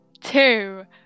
two